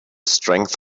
strength